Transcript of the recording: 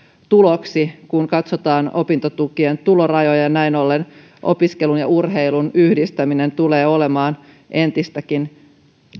tuloksi kun katsotaan opintotukien tulorajoja ja näin ollen opiskelun ja urheilun yhdistäminen tulee olemaan entistäkin